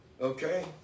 Okay